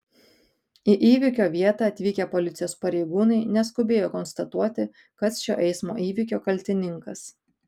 į įvykio vietą atvykę policijos pareigūnai neskubėjo konstatuoti kas šio eismo įvykio kaltininkas